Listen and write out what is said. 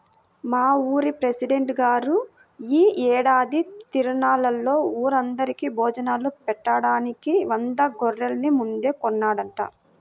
మా ఊరి పెసిడెంట్ గారు యీ ఏడాది తిరునాళ్ళలో ఊరందరికీ భోజనాలు బెట్టడానికి వంద గొర్రెల్ని ముందే కొన్నాడంట